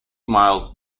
miles